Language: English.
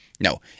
no